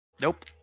Nope